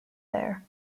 there